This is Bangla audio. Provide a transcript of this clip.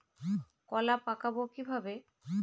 কলা পাকাবো কিভাবে?